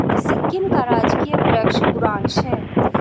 सिक्किम का राजकीय वृक्ष बुरांश है